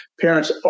parents